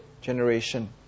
generation